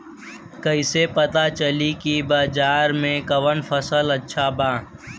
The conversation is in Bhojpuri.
कैसे पता चली की बाजार में कवन फसल अच्छा बा?